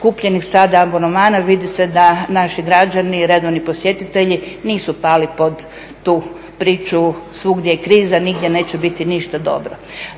kupljeni …, vidi se da naši građani, redovni posjetitelji nisu pali pod tu priču, svugdje je kriza, nigdje neće biti ništa dobro.